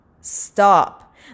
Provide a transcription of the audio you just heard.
stop